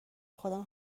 خودم